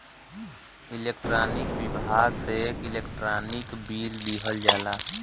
electronic विभाग से एक इलेक्ट्रानिक बिल दिहल जाला